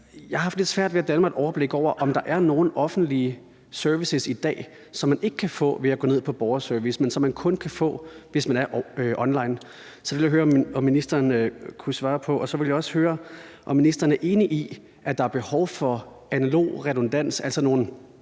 Jeg har haft lidt svært ved at danne mig et overblik over, om der er nogen offentlige services i dag, som man ikke kan få ved at gå ned på borgerservice, men som man kun kan få, hvis man er online. Så det vil jeg høre om ministeren kunne svare på. Så vil jeg også høre, om ministeren enig i, der er behov for analog redundans, altså nogle